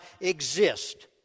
exist